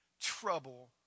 trouble